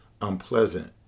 unpleasant